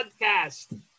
podcast